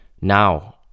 Now